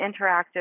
interactive